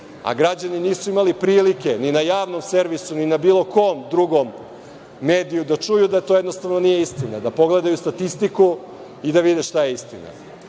a građani nisu imali prilike ni na javnom servisu, ni na bilo kom drugom mediju da čuju da to jednostavno nije istinu, da pogledaju statistiku i da vide šta je istina.